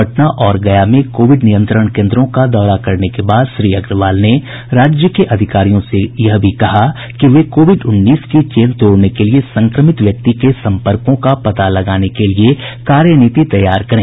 पटना और गया में कोविड नियंत्रण केन्द्रों का दौरा करने के बाद श्री अग्रवाल ने राज्य के अधिकारियों से यह भी कहा कि वे कोविड उन्नीस की चेन तोड़ने के लिए संक्रमित व्यक्ति के सम्पर्कों का पता लगाने के लिए कार्यनीति तैयार करें